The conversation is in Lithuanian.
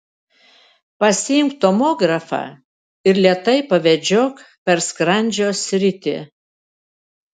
pasiimk tomografą ir lėtai pavedžiok per skrandžio sritį